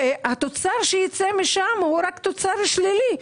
והתוצר שייצא משם הוא רק תוצר שלילי.